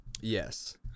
Yes